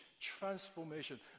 transformation